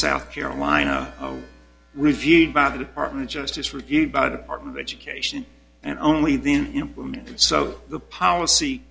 south carolina reviewed by the department of justice reviewed by the department of education and only then implemented so the policy